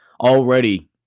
already